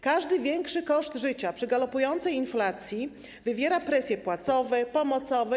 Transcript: Każdy większy koszt życia przy galopującej inflacji to presje płacowe i pomocowe.